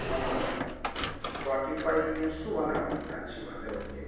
one hour forty five minutes to one hour اچھی بات ہے اوکے